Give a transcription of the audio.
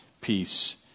peace